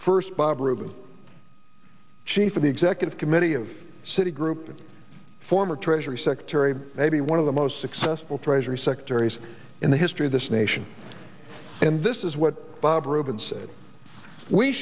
first bob rubin chief of the executive committee of citi group former treasury secretary maybe one of the most successful treasury secretaries in the history of this nation and this is what bob rubin said we